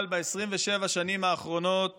אבל ב-27 השנים האחרונות